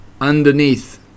Underneath